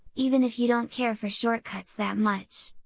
even if you don't care for shortcuts that much!